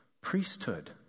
priesthood